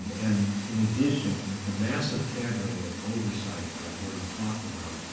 and in addition, with the massive cadre of oversight that i've already talked about,